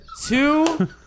Two